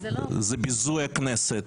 זה ביזוי הכנסת.